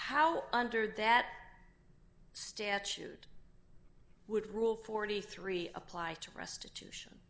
how under that statute would rule forty three apply to restitution